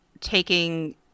taking